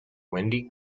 wendy